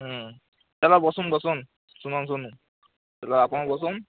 ହୁଁ ହେଲା ବସୁନ୍ ବସୁନ୍ ଶୁଣୁନ୍ ଶୁଣୁନ୍ ହେଲେ ଆପଣ୍ ବସୁନ୍